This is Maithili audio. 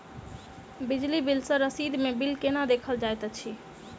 बिजली बिल रसीद मे बिल केना देखल जाइत अछि?